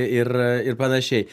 ir ir panašiai